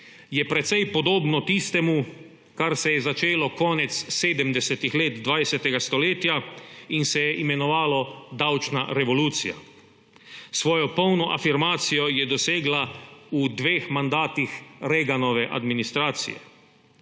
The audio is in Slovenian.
je precej podobno tistemu, kar se je začelo konec 70. let 20. stoletja in se je imenovalo davčna revolucija. Svojo polno afirmacijo je dosegla v dveh mandatih Reaganove administracije.